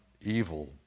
evil